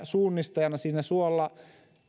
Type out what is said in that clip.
suunnistajana siinä suolla